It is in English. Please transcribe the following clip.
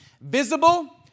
visible